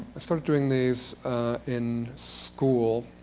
i started doing these in school,